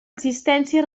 existència